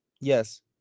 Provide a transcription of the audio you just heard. Yes